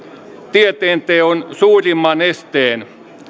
tieteenteon suurimman esteen